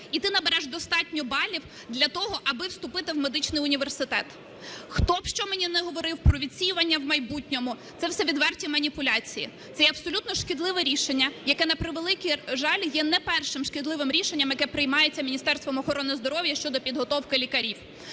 і ти набереш достатньо балів для того, аби вступити в медичний університет. Хто б що мені не говорив про відсіювання у майбутньому, це все відверті маніпуляції. Це є абсолютно шкідливе рішення, яке, на превеликий жаль, є не першим шкідливим рішенням, яке приймається Міністерством охорони здоров'я щодо підготовки лікарів.